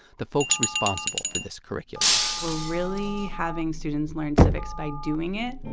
the folks responsible for this curriculum. we're really having students learn civics by doing it,